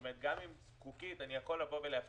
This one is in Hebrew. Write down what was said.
כלומר גם אם חוקית אני יכול להפקיע,